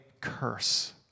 curse